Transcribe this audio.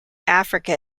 africa